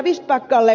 vistbackalle